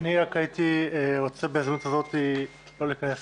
אני רק הייתי רוצה בהזדמנות הזאת לא להיכנס